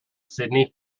sidney